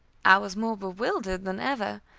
i was more bewildered than ever.